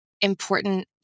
important